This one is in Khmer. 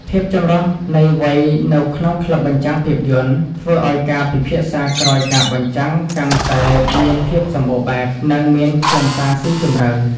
ភាពចម្រុះនៃវ័យនៅក្នុងក្លឹបបញ្ចាំងភាពយន្ត ធ្វើឱ្យការពិភាក្សាក្រោយការបញ្ចាំងកាន់តែមាន ភាពសម្បូរបែប និងមានខ្លឹមសារស៊ីជម្រៅ។